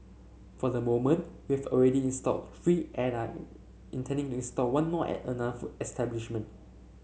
for the moment we have already installed three and intending to install one more at another food establishment